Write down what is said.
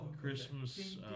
Christmas